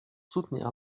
soutenir